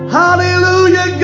hallelujah